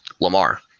Lamar